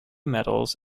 medals